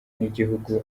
n’igihugu